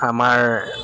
আমাৰ